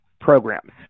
programs